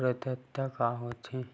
प्रदाता का हो थे?